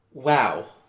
Wow